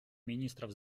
министров